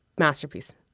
masterpiece